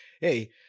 hey